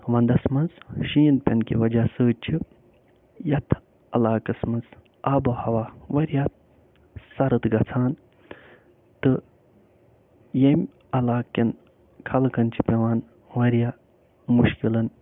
ونٛدس منٛز شیٖن پٮ۪نہٕ کہِ وجہ سۭتۍ چھِ یَتھ علاقس منٛز آب و ہوا وارِیاہ سرٕد گَژھان تہٕ ییٚمہِ علاقٮ۪ن خلقن چھِ پٮ۪وان واریاہ مُشکِلن